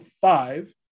five